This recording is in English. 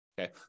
Okay